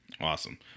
Awesome